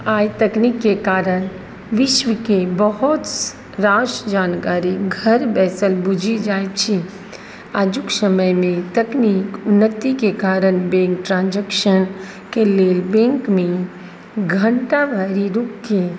आइ तकनीकीके कारण विश्वके बहुत रास जानकारी घर बैसल बुझि जाइ छी आजुक समयमे तकनीकी उन्नतिके कारण बैंक ट्रान्जेक्शनके लेल बैंकमे घण्टा भरि रुकि कऽ